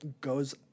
goes